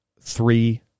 Three